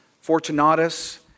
Fortunatus